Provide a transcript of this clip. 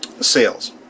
sales